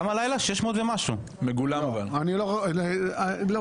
איך אפשר לקשור את הדיור הציבורי לזה?